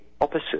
opposite